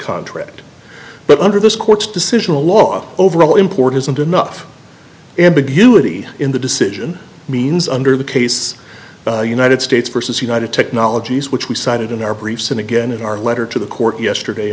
contract but under this court's decision a law overall important enough ambiguity in the decision means under the case united states versus united technologies which we cited in our briefs and again in our letter to the court yesterday